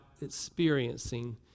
experiencing